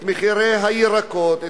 את מחירי הירקות,